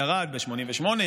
ירד ב-1988,